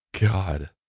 God